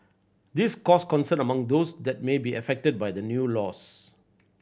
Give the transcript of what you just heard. this caused concern among those that may be affected by the new rules